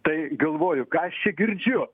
tai galvoju ką aš čia girdžiu